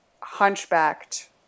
hunchbacked